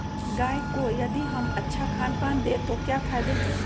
गाय को यदि हम अच्छा खानपान दें तो क्या फायदे हैं?